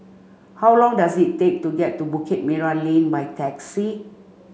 how long does it take to get to Bukit Merah Lane by taxi